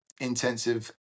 intensive